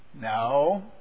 No